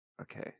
Okay